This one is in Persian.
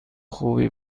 خوبی